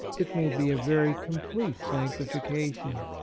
it may be a very complete sanctiftcation.